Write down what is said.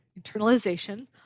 internalization